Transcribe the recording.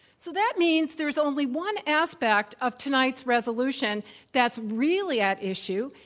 so, that means there's only one aspect of tonight's resolution that's really at issue.